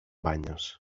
banyes